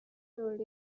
told